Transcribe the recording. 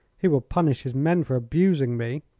he will punish his men for abusing me.